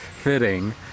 fitting